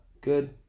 good